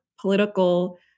political